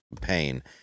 pain